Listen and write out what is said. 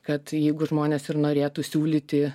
kad jeigu žmonės ir norėtų siūlyti